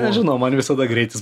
nežinau man visada greitis